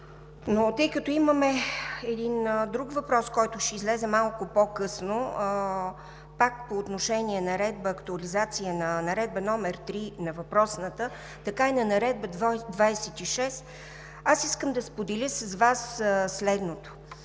но тъй като имаме един друг въпрос, който ще излезе малко по-късно, пак е по отношение на актуализация на Наредба № 3, така и на Наредба № 26, аз искам да споделя с Вас следното.